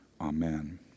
Amen